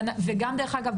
ואגב,